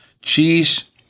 cheese